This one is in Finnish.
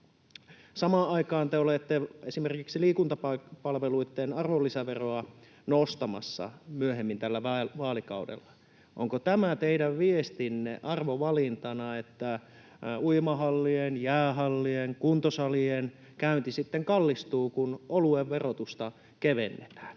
Samaan aikaan te olette esimerkiksi liikuntapalveluitten arvonlisäveroa nostamassa myöhemmin tällä vaalikaudella. Onko tämä teidän viestinne arvovalintana, että uimahalleissa, jäähalleissa, kuntosaleilla käynti sitten kallistuu, kun oluen verotusta kevennetään?